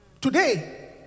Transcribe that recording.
Today